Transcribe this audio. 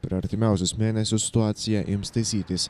per artimiausius mėnesius situacija ims taisytis